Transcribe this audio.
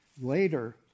Later